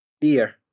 beer